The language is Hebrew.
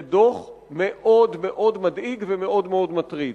זה דוח מאוד מאוד מדאיג ומאוד מאוד מטריד.